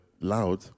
loud